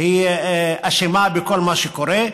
היא אשמה בכל מה שקורה.